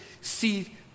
See